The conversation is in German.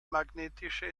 magnetische